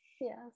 yes